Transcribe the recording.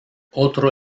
otro